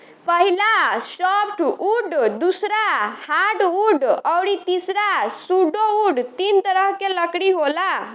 पहिला सॉफ्टवुड दूसरा हार्डवुड अउरी तीसरा सुडोवूड तीन तरह के लकड़ी होला